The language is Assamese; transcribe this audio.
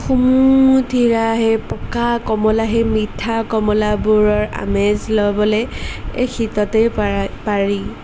সুমথিৰা সেই পকা কমলা সেই মিঠা কমলাবোৰৰ আমেজ ল'বলৈ এই শীততেই পাৰা পাৰি